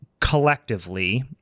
collectively